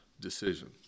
decision